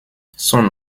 son